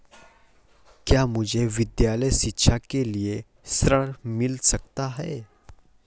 क्या मुझे विद्यालय शिक्षा के लिए ऋण मिल सकता है?